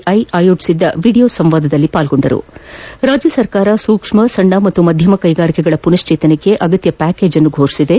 I ಆಯೋಜಿಸಿದ್ದ video ಸಂವಾದದಲ್ಲಿ ಪಾಲ್ಗೊಂಡು ಮಾತನಾದಿದ ಅವರು ರಾಜ್ಯ ಸರ್ಕಾರ ಸೂಕ್ಷ್ಮ ಸಣ್ಣ ಮತ್ತು ಮಧ್ಯಮ ಕೈಗಾರಿಕೆಗಳ ಪುನಶ್ಟೇತನಕ್ಕೆ ಅಗತ್ಯ ಪ್ಯಾಕೇಜ್ ಫೋಷಿಸಿದೆ